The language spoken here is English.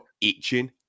itching